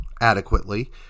adequately